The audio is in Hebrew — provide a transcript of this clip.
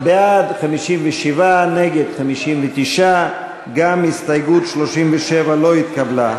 בעד, 57, נגד, 59. גם הסתייגות 37 לא התקבלה.